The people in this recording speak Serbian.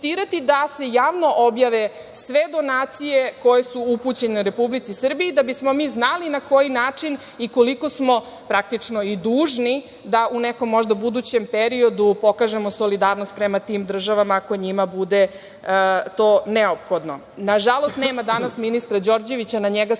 da se javno objave sve donacije koje su upućene Republici Srbiji, da bismo mi znali na koji način i koliko smo praktično i dužni da u nekom možda budućem periodu pokažemo solidarnost prema tim državama, ako njima bude to neophodno. Nažalost, nema danas ministra Đorđevića, na njega sam